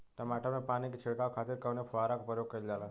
टमाटर में पानी के छिड़काव खातिर कवने फव्वारा का प्रयोग कईल जाला?